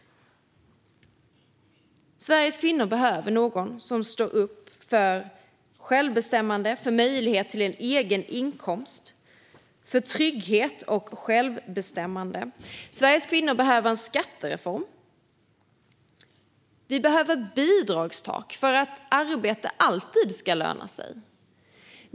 Sveriges kvinnor behöver någon som står upp för självbestämmande, för möjlighet till en egen inkomst och för trygghet. Sveriges kvinnor behöver en skattereform. Vi behöver ett bidragstak för att arbete alltid ska löna sig.